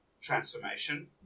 transformation